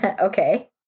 okay